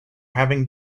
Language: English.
having